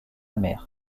mère